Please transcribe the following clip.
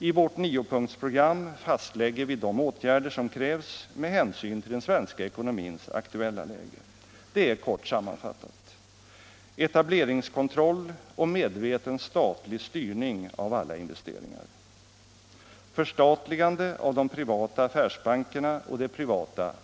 I vårt niopunktsprogram fastlägger vi de åtgärder som krävs med hänsyn till den svenska ekonomins aktuella läge. Det är kort sammanfattat: Etableringskontroll och medveten statlig styrning av alla investeringar.